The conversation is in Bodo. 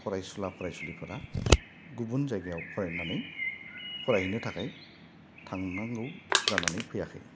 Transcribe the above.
फरायसुला फरायसुलिफोरा गुबुन जायगायाव फरायनानै फरायहैनो थाखाय थांनांगौ जानानै फैयाखै